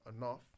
enough